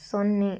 ಸೊನ್ನೆ